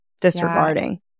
disregarding